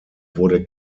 wurde